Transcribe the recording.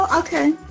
Okay